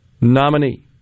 nominee